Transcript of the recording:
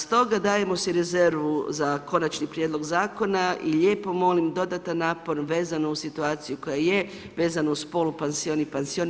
Stoga dajemo si rezervu za Konačni prijedlog Zakona i lijepo molim dodatan napor vezano uz situaciju koja je, vezano uz polupansion i pansion.